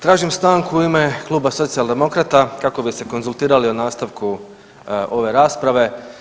Tražim stanku u ime Kluba socijaldemokrata kako bi se konzultirali o nastavku ove rasprave.